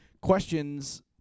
questions